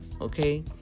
okay